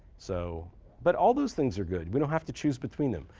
so but all those things are good. we don't have to choose between them.